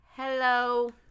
Hello